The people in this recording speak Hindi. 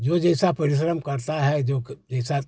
जो जैसा परिश्रम करता है जो क जैसा